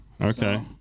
Okay